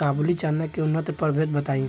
काबुली चना के उन्नत प्रभेद बताई?